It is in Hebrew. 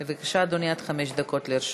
בבקשה, אדוני, עד חמש דקות לרשותך.